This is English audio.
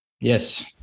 Yes